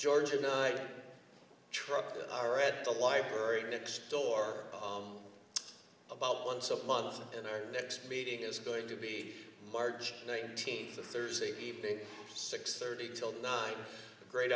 georgia night truck that i read the library next door on about once a month and our next meeting is going to be large nineteenth the thursday evening six thirty told nine great